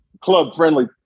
club-friendly